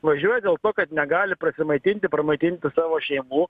važiuoja dėl to kad negali prasimaitinti pramaitinti savo šeimų